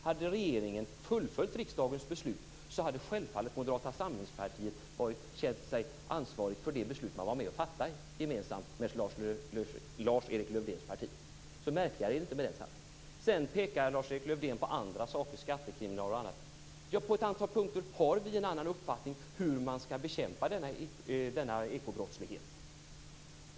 Om regeringen hade fullföljt riksdagens beslut hade Moderata samlingspartiet självfallet känt sig ansvarigt för det beslut som vi var med om att fatta gemensamt med Lars-Erik Lövdéns parti. Märkligare än så är det inte. Sedan pekade Lars-Erik Lövdén på andra saker, som skattekriminal och annat. Ja, på ett antal punkter har vi en annan uppfattning om hur man skall bekämpa denna ekobrottslighet.